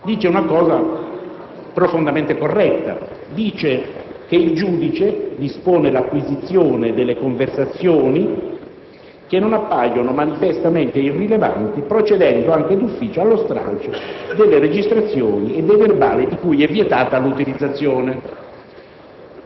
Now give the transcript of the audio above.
una cosa profondamente corretta ovvero che il giudice dispone l'acquisizione delle conversazioni che non appaiono manifestamente irrilevanti, procedendo anche di ufficio allo stralcio delle registrazioni e dei verbali di cui è vietata l'utilizzazione.